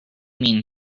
mean